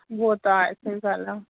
उहो त आहे सही ॻाल्हि आहे